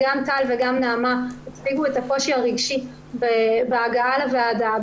גם טל וגם נעמה הציגו את הקושי הרגשי בהגעה לוועדה,